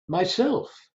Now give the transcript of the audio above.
myself